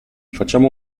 facciamo